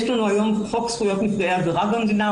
יש לנו היום את חוק זכויות נפגעי עבירה במדינה,